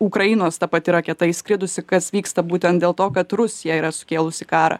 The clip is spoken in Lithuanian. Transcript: ukrainos ta pati raketa įskridusi kas vyksta būtent dėl to kad rusija yra sukėlusi karą